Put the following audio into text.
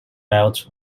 belt